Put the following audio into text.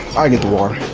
i get the water.